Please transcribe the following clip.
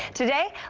today,